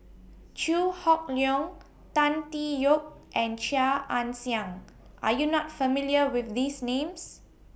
Chew Hock Leong Tan Tee Yoke and Chia Ann Siang Are YOU not familiar with These Names